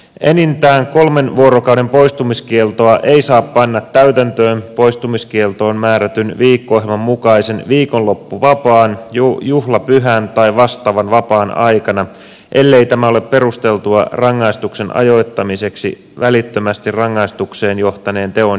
enintään kolmen vuorokauden poistumiskieltoa ei saa panna täytäntöön poistumiskieltoon määrätyn viikko ohjelman mukaisen viikonloppuvapaan juhlapyhän tai vastaavan vapaan aikana ellei tämä ole perusteltua rangaistuksen ajoittamiseksi välittömästi rangaistukseen johtaneen teon jälkeen